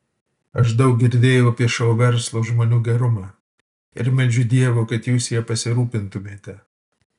aš daug girdėjau apie šou verslo žmonių gerumą ir meldžiu dievo kad jūs ja pasirūpintumėte